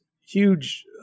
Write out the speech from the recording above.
huge